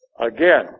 again